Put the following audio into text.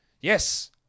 Yes